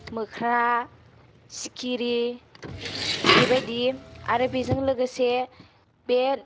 मोख्रा सिखिरि बेबायदि आरो बेजों लोगोसे बे